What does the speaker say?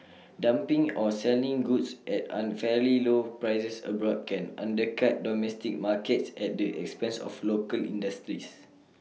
dumping or selling goods at unfairly low prices abroad can undercut domestic markets at the expense of local industries